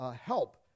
help